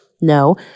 No